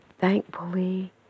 Thankfully